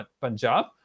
Punjab